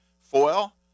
foil